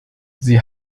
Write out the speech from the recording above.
sie